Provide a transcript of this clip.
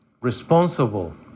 responsible